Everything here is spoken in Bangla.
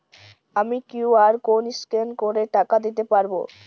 আমি কিউ.আর কোড স্ক্যান করে টাকা দিতে পারবো?